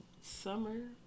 summer